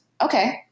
okay